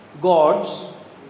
Gods